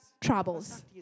troubles